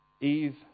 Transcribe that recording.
Eve